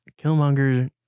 Killmonger